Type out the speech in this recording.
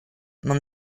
non